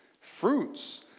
fruits